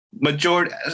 Majority